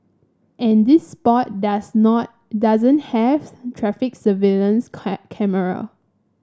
and this spot does not doesn't have traffic surveillance cameras